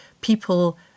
people